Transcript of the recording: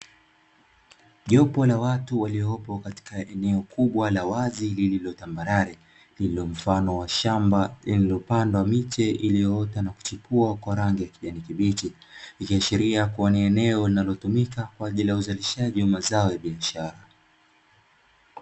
Jopo la watu waliyopo katika eneo kubwa la wazi lililo tambarare lililo mfano wa shamba iliyopandwa miche iliyoota na kuchipua kwa rangi ya kijani kibichi, ikiashiria kuwa ni eneo linalotumika kwa ajili ya uzalishaji wa mazao ya biashara.